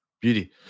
Beauty